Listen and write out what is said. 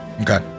Okay